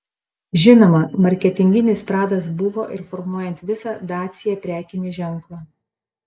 žinoma marketinginis pradas buvo ir formuojant visą dacia prekinį ženklą